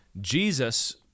Jesus